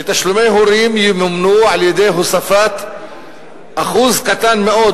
היא שתשלומי הורים ימומנו על-ידי הוספת אחוז קטן מאוד,